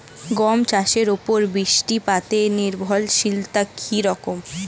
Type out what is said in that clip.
গম চাষের উপর বৃষ্টিপাতে নির্ভরশীলতা কী রকম?